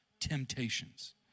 temptations